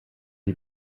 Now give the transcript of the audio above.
die